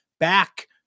back